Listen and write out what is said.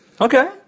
Okay